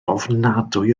ofnadwy